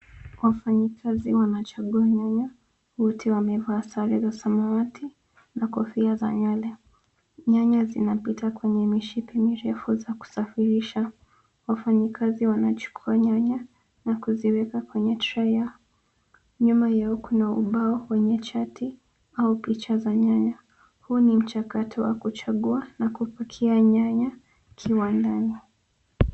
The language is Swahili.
Wafanyakazi wanachagua nyanya, wote wamevaa sare za samawati na kofia za nywele. Nyanya zinapita kwenye mishipi mirefu za kusafirisha. Wafanyakazi wanachukua nyanya na kuziweka kwenye trei. Nyuma yao kuna ubao wenye chati au picha za nyanya. Huu ni mchakato wa kuchagua na kupakia nyanya kiwandani.